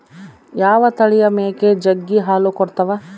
ಯಾವ ತಳಿಯ ಮೇಕೆ ಜಗ್ಗಿ ಹಾಲು ಕೊಡ್ತಾವ?